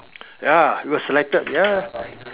ya it was selected ya